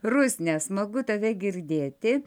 rusne smagu tave girdėti